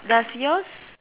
does yours